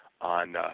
on